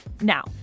Now